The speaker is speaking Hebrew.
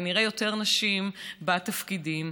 ונראה יותר נשים בתפקידים,